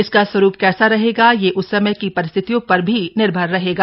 इसका स्वरूप कैसा रहेगा यह उस समय की परिस्थितियों पर भी निर्भर रहेगा